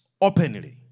openly